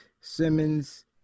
Simmons